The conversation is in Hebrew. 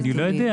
אני לא יודע.